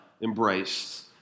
embraced